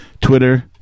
Twitter